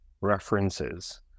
references